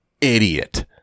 idiot